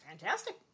Fantastic